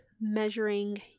measuring